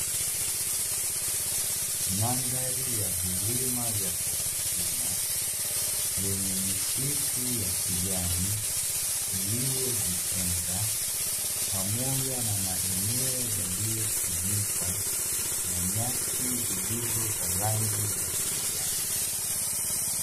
Mandhari ya vilima vya kuvutia, yenye misitu ya kijani iliyojitenga pamoja na maeneo yaliyofunikwa na nyasi zilizo za rangi ya kijani.